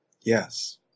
Yes